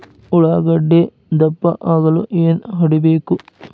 ಉಳ್ಳಾಗಡ್ಡೆ ದಪ್ಪ ಆಗಲು ಏನು ಹೊಡಿಬೇಕು?